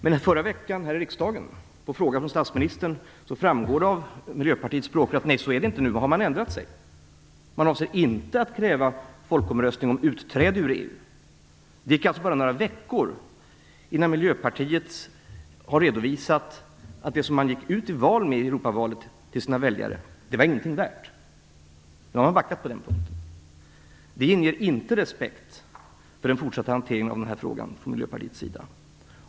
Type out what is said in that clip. Men i förra veckan här i riksdagen framgick det av vad Miljöpartiets språkrör svarade på en fråga från statsministern att det inte är så nu utan att man har ändrat sig; man avser inte att kräva en folkomröstning om utträde ur EU. Det gick alltså bara några veckor innan Miljöpartiet redovisade att det som man gick ut till sina väljare med i Europavalet inte var någonting värt; man har backat på den punkten. Det inger inte respekt för den fortsatta hanteringen av den här frågan från Miljöpartiets sida.